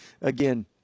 again –